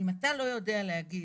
אם אתה לא יודע להגיד,